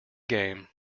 game